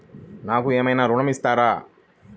నాకు ఏమైనా ఋణం ఇస్తారా?